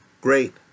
great